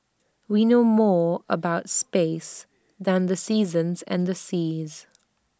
we know more about space than the seasons and the seas